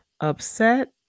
upset